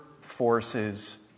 forces